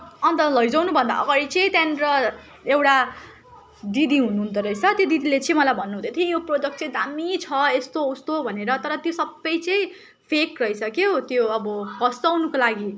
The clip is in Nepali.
अन्त लैजाउनु भन्दा अगाडि चाहिँ त्यहाँनिर एउटा दिदी हुनुहुँदो रहेछ त्यो दिदीले चाहिँ मलाई भन्दै थियो यो प्रडक्ट चाहिँ दामी छ यस्तो उस्तो भनेर तर त्यो सबै चाहिँ फेक रहेछ के हो त्यो अब फसाउनुको लागि